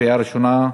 בקריאה ראשונה.